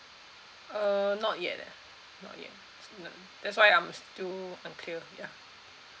uh not yet leh not yet that's why I'm still unclear ya